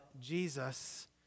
Jesus